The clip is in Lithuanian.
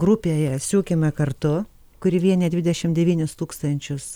grupėje siūkime kartu kuri vienija dvidešim devynis tūkstančius